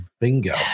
Bingo